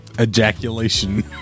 Ejaculation